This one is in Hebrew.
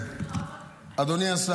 אדוני השר,